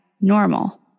normal